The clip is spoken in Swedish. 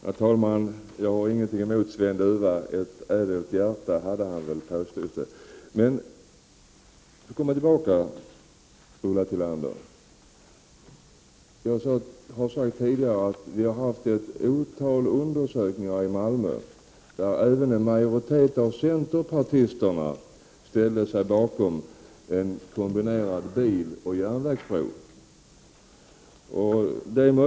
Herr talman! Jag har ingenting emot Sven Duva. Även ett gott hjärta hade han. Jag har sagt tidigare att ett otal undersökningar i Malmö visar att även en majoritet av centerpartisterna ställer sig bakom tanken på en kombinerad biloch järnvägsbro.